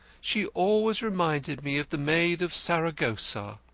she always reminded me of the maid of saragossa.